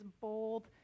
bold